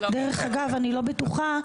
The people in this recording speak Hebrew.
דרך אגב אני לא בטוחה,